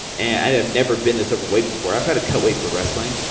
and have never been this overweight before. i've had to cut weight for wrestling.